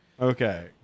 Okay